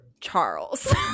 Charles